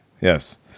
Yes